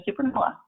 supernova